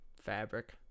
fabric